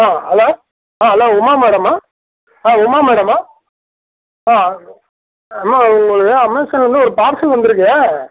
hello hello Uma மேடமா ஆ உமா மேடமா ஆ அம்மா உங்களுக்கு அமேசான்லந்து ஒரு பார்சல் வந்துயிருக்கு